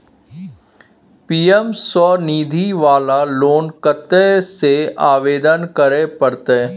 PM Svanidhi वाला loan कत्ते से आवेदन करे परतै?